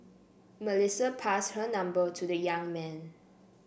Melissa passed her number to the young man